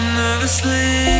nervously